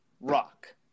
rock